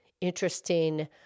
interesting